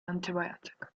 antibiotic